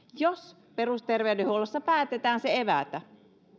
jos perusterveydenhuollossa päätetään se evätä